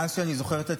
מאז שאני זוכר את עצמי,